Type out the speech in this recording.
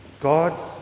God's